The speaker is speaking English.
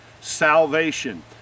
salvation